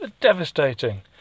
Devastating